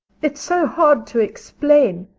it's so hard to explain.